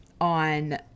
on